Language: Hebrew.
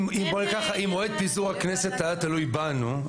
אם מועד פיזור הכנסת היה תלוי בנו,